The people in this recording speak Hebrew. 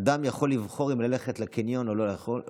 אדם יכול לבחור אם ללכת לקניון או לא ללכת,